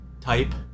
type